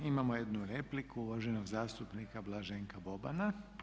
Imamo jednu repliku, uvaženog zastupnika Blaženka Bobana.